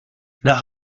nach